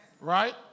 right